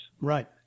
Right